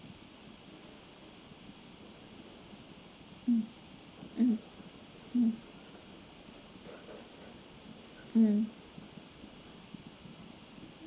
mm mm mm mm